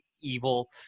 evil